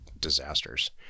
disasters